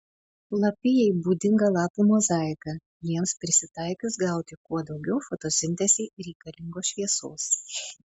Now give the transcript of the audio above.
lapijai būdinga lapų mozaika jiems prisitaikius gauti kuo daugiau fotosintezei reikalingos šviesos